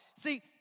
See